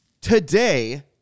today